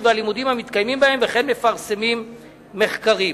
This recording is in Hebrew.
והלימודים המתקיימים בהם וכן מפרסמים מחקרים.